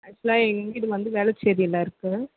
ஆக்சுவலாக எங்கள் வீடு வந்து வேளச்சேரியில் இருக்குது